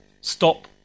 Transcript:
Stop